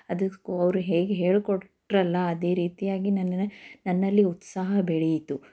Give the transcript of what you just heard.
ಅದು ಅವರು ಹೇಗೆ ಹೇಳಿ ಕೊಟ್ಟರಲ್ಲ ಅದೇ ರೀತಿಯಾಗಿ ನನ್ನ ನನ್ನಲ್ಲಿ ಉತ್ಸಾಹ ಬೆಳೆಯಿತು